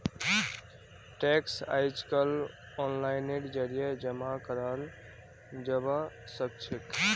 tax अइजकाल ओनलाइनेर जरिए जमा कराल जबा सखछेक